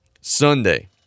Sunday